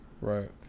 Right